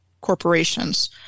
corporations